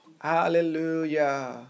Hallelujah